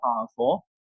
powerful